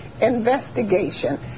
investigation